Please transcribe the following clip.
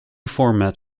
format